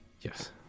Yes